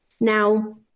Now